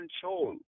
control